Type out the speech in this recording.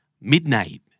midnight